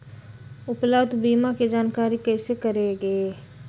उपलब्ध बीमा के जानकारी कैसे करेगे?